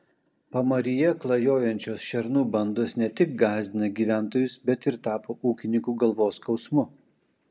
pamaryje klajojančios šernų bandos ne tik gąsdina gyventojus bet ir tapo ūkininkų galvos skausmu